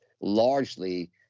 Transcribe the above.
largely